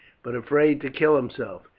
but afraid to kill himself.